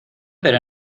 pero